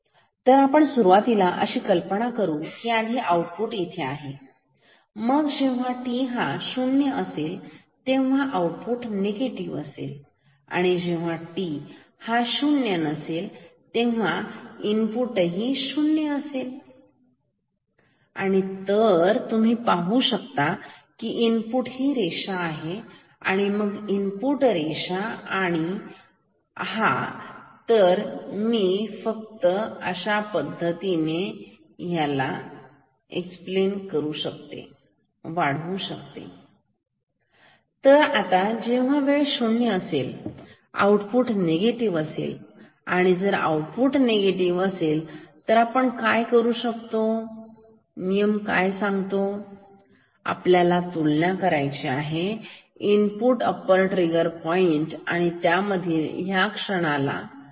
तर आपण सुरुवातीला अशी कल्पना करू की आधी आउटपुट इथे आहे मग जेव्हा टी हा 0 असेल तेव्हा आउटपुट निगेटिव्ह असेल आणि इथे जेव्हा टी शून्य असेल तेव्हा त्याचे इनपुट ही शून्य असेल बरोबर आहे तर तुम्ही पाहू शकता इनपुट रेषा आहे आणि ही पण इनपुट रेषा आहे तर मी मी फक्त हिला अशा पद्धतीने वाढवू शकतो